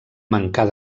mancar